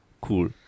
Cool